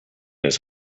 his